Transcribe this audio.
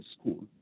school